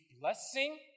blessing